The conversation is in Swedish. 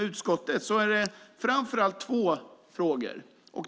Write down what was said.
Det gäller framför allt två frågor.